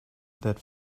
that